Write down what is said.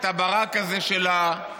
את הברק הזה של הרעיון.